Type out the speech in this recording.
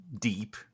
deep